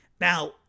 Now